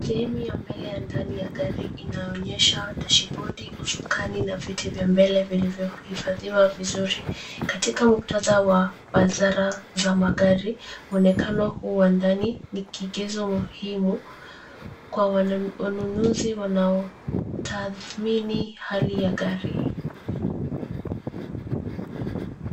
Sehemu ya mbele ya ndani ya gari, inaoyesha dashibodi, usukani na viti vya mbele vilivyohifadhiwa vizuri katika muktadha wa bazaar za magari, mwonekano huu wa ndani ni kigezo muhimu kwa wanunuzi wanaotathmini hali ya gari.